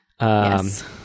Yes